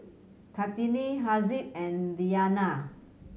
Kartini Haziq and Diyana